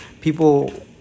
People